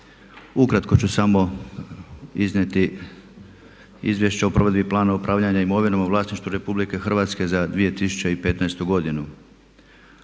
Ukratko ću samo iznijeti Izvješće o provedbi plana upravljanja imovinom u vlasništvu RH za 2015.godinu.